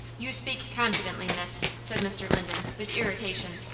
you speak confidently, miss, said mr. linden, with irritation.